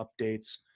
updates